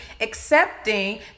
accepting